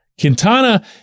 Quintana